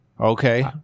okay